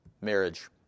marriage